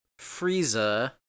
Frieza